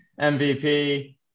MVP